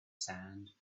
sand